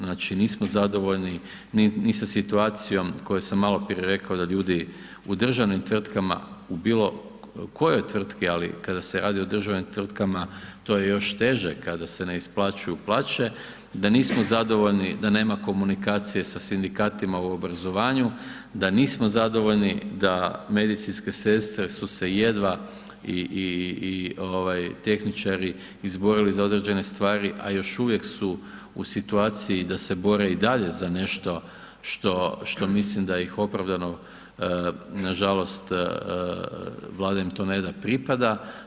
Znači nismo zadovoljni ni sa situacijom o kojoj sam malo prije rekao da ljudi u državnim tvrtkama, u bilo kojoj tvrtki ali kada se radi o državnim tvrtkama, to je još teže kada se ne isplaćuju plaće, da nismo zadovoljni, da nema komunikacije sa sindikatima u obrazovanju, da nismo zadovoljni da medicinske sestre su se jedva i tehničari izborili za određene stvari a još uvijek su u situaciji da se bore i dalje za nešto što mislim da ih opravdano nažalost Vlada im to ne da pripada.